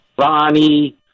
Ronnie